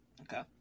Okay